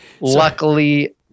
luckily